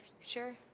future